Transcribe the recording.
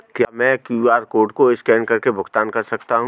क्या मैं QR code को स्कैन करके भुगतान कर सकता हूं?